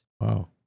Wow